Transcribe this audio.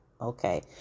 Okay